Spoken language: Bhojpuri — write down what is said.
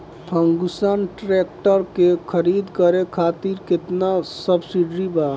फर्गुसन ट्रैक्टर के खरीद करे खातिर केतना सब्सिडी बा?